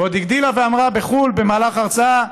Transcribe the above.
ועוד הגדילה ואמרה בחו"ל, במהלך הרצאה,